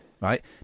right